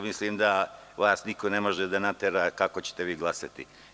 Mislim da niko ne može da vas natera kako ćete glasati.